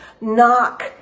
Knock